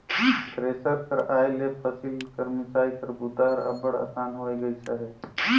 thresher कर आए ले फसिल कर मिसई कर बूता हर अब्बड़ असान होए गइस अहे